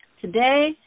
today